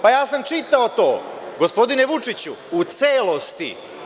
Pa ja sam čitao to, gospodine Vučiću, u celosti.